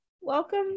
welcome